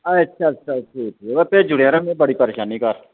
अच्छा अच्छा ठीक जरा भेजी उड़ेआं जरा बड़ी परेशानी घर